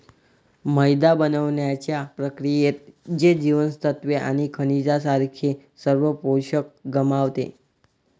मैदा बनवण्याच्या प्रक्रियेत, ते जीवनसत्त्वे आणि खनिजांसारखे सर्व पोषक गमावते